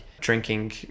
drinking